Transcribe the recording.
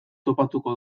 topatuko